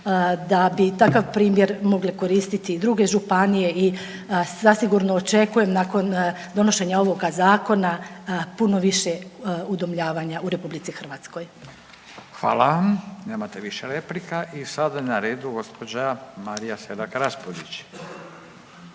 da bi takav primjer mogle koristiti i druge županije i zasigurno očekujem nakon donošenja ovoga zakona puno više udomljavanja u RH. **Radin, Furio (Nezavisni)** Hvala, nemate više replika. I sada je na redu gđa. Marija Selak Raspudić,